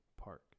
Park